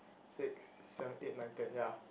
six seven eight nine ten ya